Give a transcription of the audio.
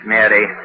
Mary